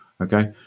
Okay